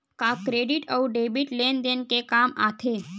का क्रेडिट अउ डेबिट लेन देन के काम आथे?